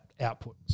output